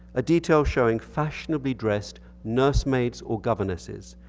a detail showing fashionably dressed nursemaids or governesses.